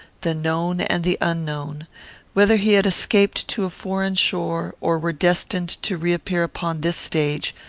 the known and the unknown whether he had escaped to a foreign shore, or were destined to reappear upon this stage,